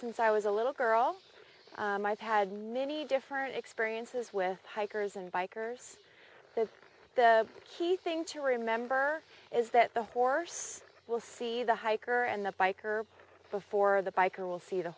assistance i was a little girl i've had many different experiences with hikers and bikers says the key thing to remember is that the horse will see the hiker and the biker before the biker will see the